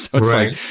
right